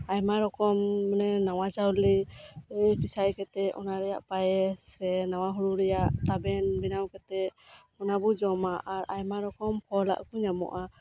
ᱟᱭᱢᱟ ᱨᱚᱠᱚᱢ ᱢᱟᱱᱮ ᱱᱟᱶᱟ ᱪᱟᱣᱞᱮ ᱯᱤᱥᱟᱭ ᱠᱟᱛᱮᱫ ᱚᱱᱟ ᱨᱮᱭᱟᱜ ᱯᱟᱭᱮᱥ ᱥᱮ ᱱᱟᱶᱟ ᱦᱳᱲᱳ ᱨᱮᱭᱟᱜ ᱛᱟᱵᱮᱱ ᱵᱮᱱᱟᱣ ᱠᱟᱛᱮᱫ ᱚᱱᱟ ᱵᱚ ᱡᱚᱢᱟ ᱟᱨ ᱟᱭᱢᱟ ᱨᱚᱠᱚᱢ ᱯᱷᱚᱞᱟᱜ ᱦᱚᱸ ᱧᱟᱢᱚᱜᱼᱟ